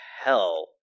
hell